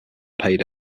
paid